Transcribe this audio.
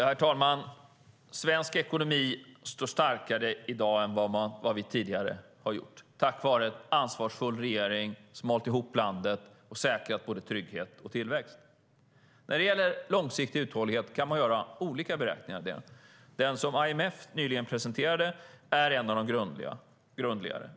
Herr talman! Svensk ekonomi står starkare i dag än vad den tidigare har gjort, tack vare en ansvarsfull regering som har hållit ihop landet och säkrat både trygghet och tillväxt. Man kan göra olika beräkningar av långsiktig uthållighet. Den som IMF nyligen presenterade är en av de grundligare.